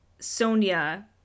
Sonia